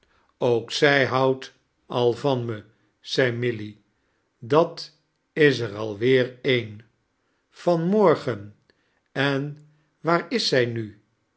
ook zij houdt al van me zei milly dat is er alweer een vaa miorgen en waar is zij nu